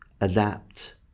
adapt